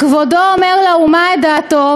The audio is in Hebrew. "וכבודו אומר לאומה את דעתו,